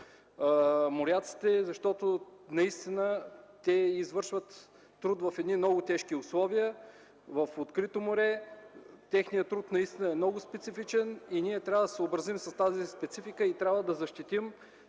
моряците, защото наистина извършват труд в едни много тежки условия в открито море. Техният труд наистина е много специфичен и трябва да се съобразим с тази специфика и да защитим